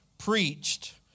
Preached